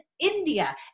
india